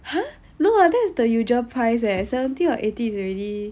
!huh! no lah that's the usual price leh seventy or eighty is already